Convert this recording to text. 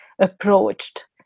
approached